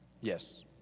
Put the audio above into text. yes